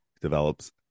develops